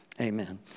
amen